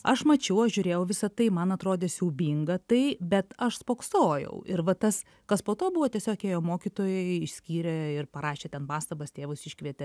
aš mačiau aš žiūrėjau į visa tai man atrodė siaubinga tai bet aš spoksojau ir va tas kas po to buvo tiesiog ėjo mokytojai išskyrė ir parašė ten pastabas tėvus iškvietė